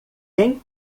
quem